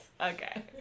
Okay